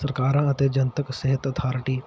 ਸਰਕਾਰਾਂ ਅਤੇ ਜਨਤਕ ਸਿਹਤ ਅਥਾਰਟੀ